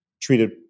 treated